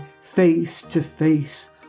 face-to-face